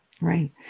Right